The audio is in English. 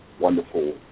wonderful